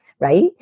Right